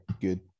good